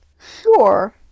Sure